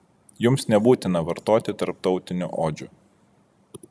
jums nebūtina vartoti tarptautinių odžių